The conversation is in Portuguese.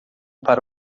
para